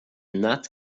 not